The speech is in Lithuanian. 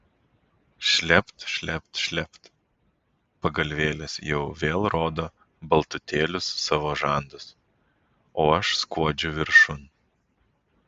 šlept šlept šlept pagalvėlės jau vėl rodo baltutėlius savo žandus o aš skuodžiu viršun